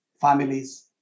families